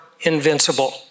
invincible